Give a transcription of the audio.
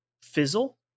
fizzle